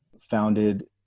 founded